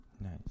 Nice